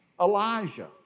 Elijah